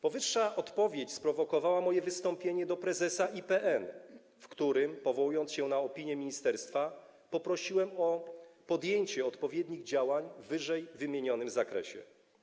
Powyższa odpowiedź sprowokowała moje wystąpienie do prezesa IPN, w którym, powołując się na opinię ministerstwa, poprosiłem o podjęcie odpowiednich działań w ww. zakresie.